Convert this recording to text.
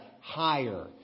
higher